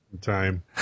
time